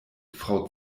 frau